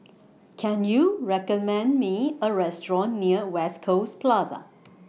Can YOU recommend Me A Restaurant near West Coast Plaza